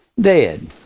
dead